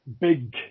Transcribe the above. big